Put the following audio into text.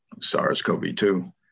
SARS-CoV-2